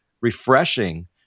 refreshing